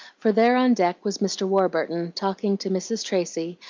for there on deck was mr. warburton, talking to mrs. tracy,